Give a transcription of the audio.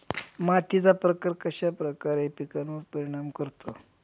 मातीचा प्रकार कश्याप्रकारे पिकांवर परिणाम करतो?